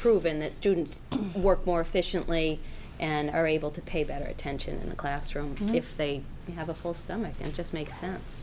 proven that students work more efficiently and are able to pay better attention in the classroom if they have a full stomach and just makes sense